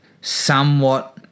somewhat